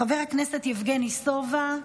חבר הכנסת יבגני סובה,